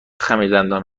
خمیردندان